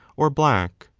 or black?